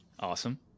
Awesome